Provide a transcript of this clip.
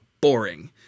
boring